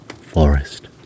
forest